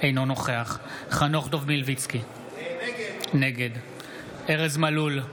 אינו נוכח חנוך דב מלביצקי, נגד ארז מלול,